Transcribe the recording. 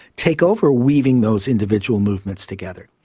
take over weaving those individual movements together.